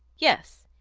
yes.